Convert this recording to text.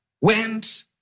went